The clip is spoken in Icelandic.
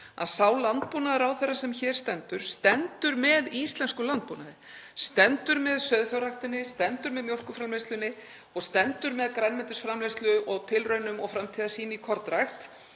að sá landbúnaðarráðherra sem hér stendur stendur með íslenskum landbúnaði, stendur með sauðfjárræktinni, stendur með mjólkurframleiðslunni og stendur með grænmetisframleiðslu og tilraunum og framtíðarsýn í kornrækt.